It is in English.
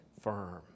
firm